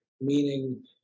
meaning